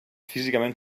físicament